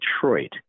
Detroit